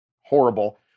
horrible